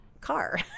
car